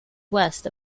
west